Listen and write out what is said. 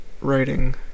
writing